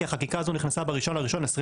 כי החקיקה הזו נכנסה ב-1.1.2023.